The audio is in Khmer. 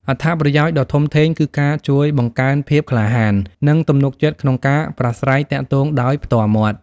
អត្ថប្រយោជន៍ដ៏ធំធេងគឺការជួយបង្កើនភាពក្លាហាន និងទំនុកចិត្តក្នុងការប្រាស្រ័យទាក់ទងដោយផ្ទាល់មាត់។